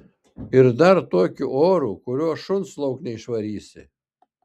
ir dar tokiu oru kuriuo šuns lauk neišvarysi